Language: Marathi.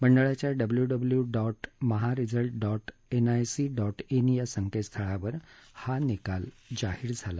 मंडळाच्या W W W dot mahresult dot NIC dot in या संक्तस्थळावर हा निकाल जाहीर झाला